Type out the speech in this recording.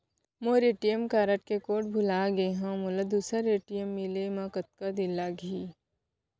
मोर ATM card के code भुला गे हव, मोला दूसर ए.टी.एम मिले म कतका दिन लागही?